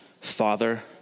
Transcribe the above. Father